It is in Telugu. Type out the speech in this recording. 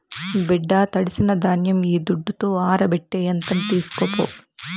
బిడ్డా తడిసిన ధాన్యం ఈ దుడ్డుతో ఆరబెట్టే యంత్రం తీస్కోపో